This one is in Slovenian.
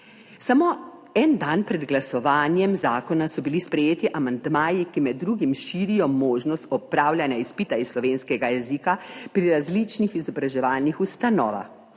Samo en dan pred glasovanjem zakona so bili sprejeti amandmaji, ki med drugim širijo možnost opravljanja izpita iz slovenskega jezika pri različnih izobraževalnih ustanovah.